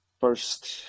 first